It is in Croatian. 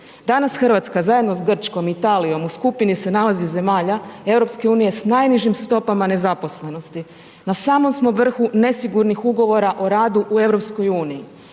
Danas Hrvatska zajedno sa Grčkom, Italijom u skupini se nalazi zemalja EU sa najnižim stopama nezaposlenim, na samom smo vrhu nesigurnih ugovora o radu u EU.